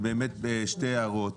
באמת שתי הערות.